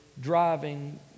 driving